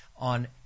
on